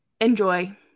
enjoy